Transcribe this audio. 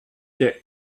der